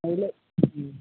இல்லை ம்